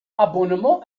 abonnement